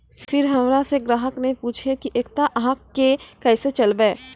फिर हमारा से ग्राहक ने पुछेब की एकता अहाँ के केसे चलबै?